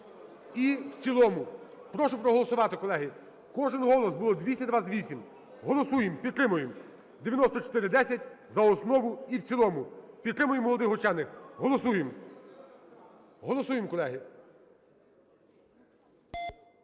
і в цілому. Прошу проголосувати колеги, кожен голос! Було 228. Голосуємо, підтримуємо. 9410 – за основу і в цілому. Підтримуємо молодих учених. Голосуємо. Голосуємо, колеги.